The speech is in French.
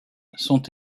sont